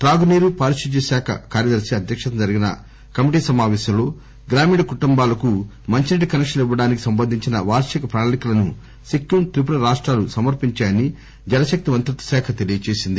త్రాగు నీరు పారిశుద్ధ్య శాఖ కార్యదర్శి అధ్యక్షతన జరిగిన కమిటీ సమాపేశంలో గ్రామీణ కుటుంబాలకు మంచి నీటి కసేక్షన్లు ఇవ్వడానికి సంబంధించిన వార్షిక ప్రణాళికలను సిక్కిం త్రిపుర రాష్టాలు సమర్పించాయని జలశక్తి మంత్రిత్వ శాఖ తెలియజేసింది